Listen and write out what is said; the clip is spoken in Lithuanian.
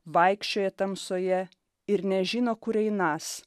vaikščioja tamsoje ir nežino kur einąs